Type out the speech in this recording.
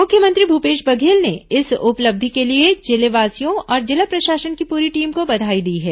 मुख्यमंत्री भूपेश बघेल ने इस उपलब्धि के लिए जिलेवासियों और जिला प्रशासन की पूरी टीम को बधाई दी है